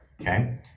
Okay